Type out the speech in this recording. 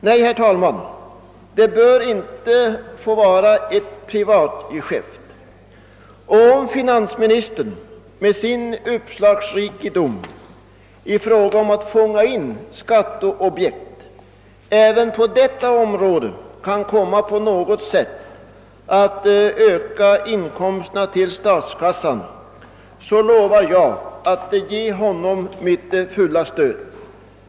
Nej, herr talman, den bör inte få vara ett privatgeschäft. Om finansministern, med sin uppslagsrikedom i fråga om att fånga in skatteobjekt även på detta område kan komma på något sätt att öka inkomsterna till statskassan, lovar jag att ge honom mitt fulla stöd.